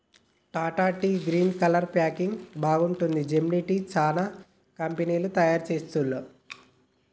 Tata tea green colour packing బాగుంటది, Gemini tea, చానా కంపెనీలు తయారు చెస్తాండ్లు